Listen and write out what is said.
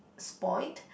spoiled